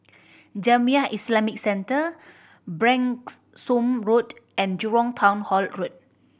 Jamiyah Islamic Centre Branksome Road and Jurong Town Hall Road